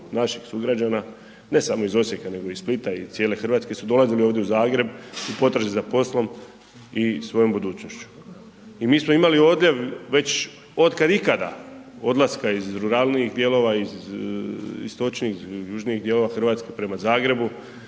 naših sugrađana, ne samo iz Osijeka, nego i iz Splita i cijele RH su dolazili ovdje u Zagreb u potrazi za poslom i svojom budućnošću i mi smo imali odljev već otkad ikada odlaska iz ruralnih dijelova, iz istočnijih južnijih dijelova RH prema Zagrebu,